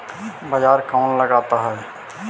बाजार कौन लगाता है?